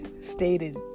stated